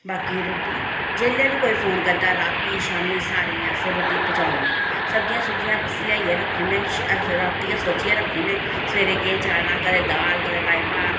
बाकी रुट्टी जेल्लै बी कोई फोन करदा रातीं शामीं सारें ई अस रुट्टी पजाई ओड़ने सब्जियां सुब्जियां बस लेआइयै रक्खी ओड़ने रातीं गै सोचियै रक्खी ओड़ने सवेरे केह् चाढ़ना कदें दाल कदें राजमांह्